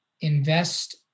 invest